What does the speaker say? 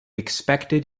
expected